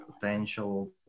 potential